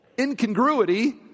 incongruity